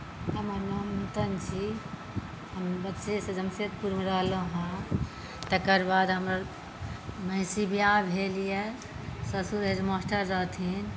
हमर नाम नूतन छी हम बच्चेसँ जमशेदपुरमे रहलहुँ हँ तकर बाद हमर महिषी बिआह भेल यऽ ससुर हेडमास्टर रहथिन